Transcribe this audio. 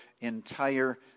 entire